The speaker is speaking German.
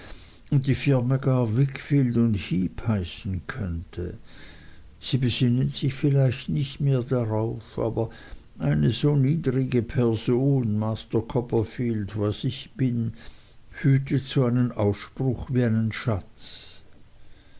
die firma gar wickfield heep heißen könnte sie besinnen sich vielleicht nicht mehr drauf aber eine so niedrige person master copperfield was ich bin hütet so einen ausspruch wie einen schatz